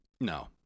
No